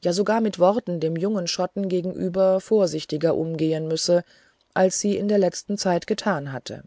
ja sogar mit worten dem jungen schotten gegenüber vorsichtiger umgehen müsse als sie in der letzten zeit getan hatte